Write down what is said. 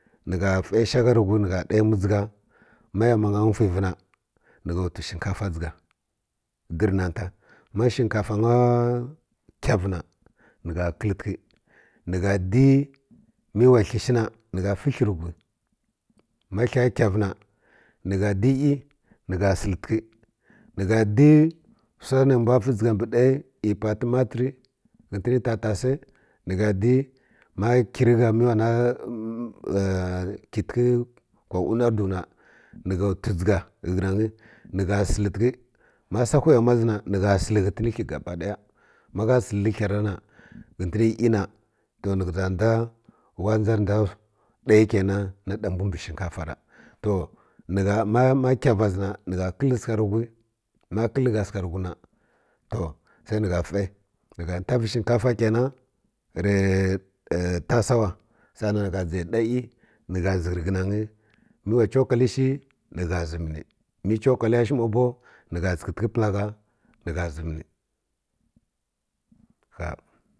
Nə gha fəi shaghaə rə whwi nə gha ɗa yamusi dəiga ma yamuwi nya fwivi na nə gha twi shikafa dʒigu gərə hata ma shikafa nyi kəvə na ni gha kəltə ni gha di ma wa thi shi na ni gha fi hi rə whi ma hi kəvə na na gha di iyi na gha səltəkə nə gha di wsa nə mbw fi dʒiga mbə ɗayi iy pa təmatər ghətən tatasai nə gha di ma kir gha mə wa na kintəkə kisa unar dwi na gha twi dʒiga rə ghə na nyi ni gha səltəkə ma sawhi yamwa zi na ni gha sel ghətən hi gaba ɗaga ma səl hi ghə ni iyi na to ni ghə za dʒa wa dʒar dʒa ɗayi kena na ɗa mbw mbə shikafa ra to ni gha ma kəvə zi na na gha kəl sələ rə whwi ma kəl gha səkə rə whwi na to sai ni gha fəi ni gha nfavi shikada kəna rə tasawa sa’a nan nə gha dʒə ɗa iyi nə gha zikə rə ghə na nyi mə wa chokali shi ni gha zəm ni mə chokali ya shi ma bow hə gha tsələkə pla gha nə gha zəm ni ha.